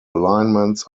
alignments